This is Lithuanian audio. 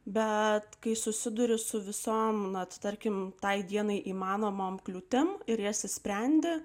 bet kai susiduriu su visom na tarkim tai dienai įmanomom kliūtim ir jas išsprendę